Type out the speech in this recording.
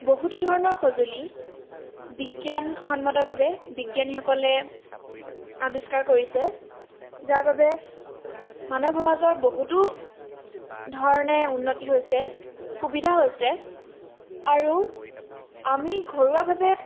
বহুতো ধৰণৰ সঁজুলি বিজ্ঞানসন্মতভাৱে বিজ্ঞানীসকলে আৱিষ্কাৰ কৰিছে যাৰ বাবে মানৱ সামজৰ বহুতো ধৰণে উন্নতি হৈছে সুবিধা হৈছে আৰু আমি ঘৰুৱাভাৱে